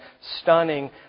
stunning